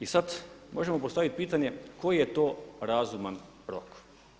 I sada možemo postaviti pitanje koji je to razuman rok?